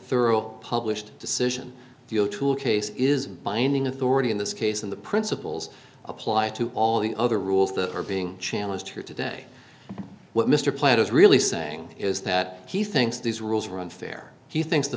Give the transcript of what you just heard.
thorough published decision you know tool case is binding authority in this case and the principles apply to all the other rules that are being challenged here today what mr platt is really saying is that he thinks these rules were unfair he thinks the